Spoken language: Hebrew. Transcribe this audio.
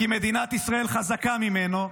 כי מדינת ישראל חזקה ממנו,